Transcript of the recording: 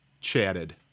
chatted